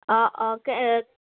অঁ অঁ কে